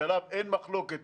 שעליו אין מחלוקת,